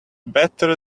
better